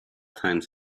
times